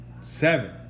Seven